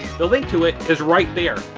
the link to it is right there.